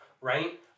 right